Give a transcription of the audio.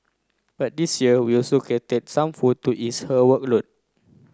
but this year we also catered some food to ease her workload